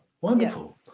Wonderful